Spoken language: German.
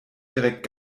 direkt